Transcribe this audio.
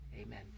Amen